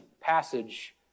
passage